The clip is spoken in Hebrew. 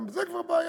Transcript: גם זו כבר בעיה?